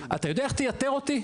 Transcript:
אתה יודע איך תייתר אותי?